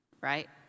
right